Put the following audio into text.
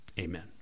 Amen